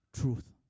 truth